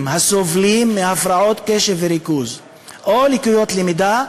הסובלים מהפרעות קשב וריכוז או לקויות למידה,